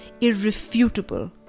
irrefutable